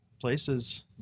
places